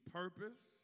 purpose